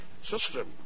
system